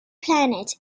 planet